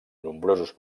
nombrosos